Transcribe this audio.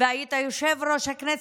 והיית יושב-ראש הכנסת,